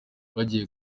bagiye